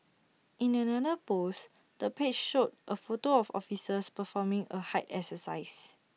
in another post the page showed A photo of officers performing A height exercise